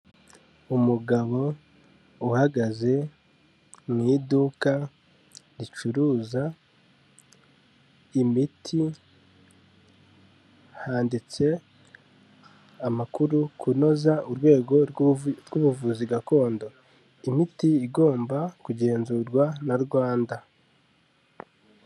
Umugabo uhagaze mu iduka ricuruza imiti, handitse amakuru kunoza urwego rw'ubuvuzi gakondo, imiti igomba kugenzurwa na Rwanda.